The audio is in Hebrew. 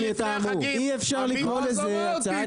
אי אפשר לקרוא לזה הצעת